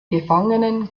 gefangenen